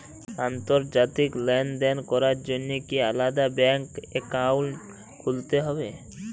আন্তর্জাতিক লেনদেন করার জন্য কি আলাদা ব্যাংক অ্যাকাউন্ট খুলতে হবে?